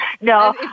No